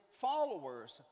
followers